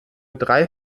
drei